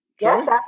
Yes